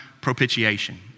propitiation